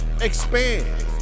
expand